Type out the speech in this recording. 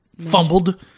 fumbled